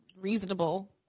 reasonable